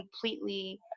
completely